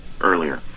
earlier